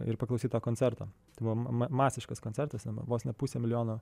ir paklausyt koncerto tai buvo ma ma masiškas koncertuose vos ne pusę milijono